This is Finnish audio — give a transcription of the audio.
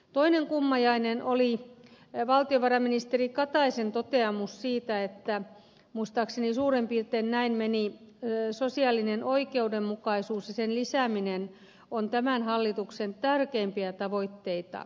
toinen kummajainen oli valtiovarainministeri kataisen toteamus siitä että muistaakseni suurin piirtein näin se meni sosiaalisen oikeudenmukaisuuden lisääminen on ollut hallituksen tärkeimpiä tavoitteita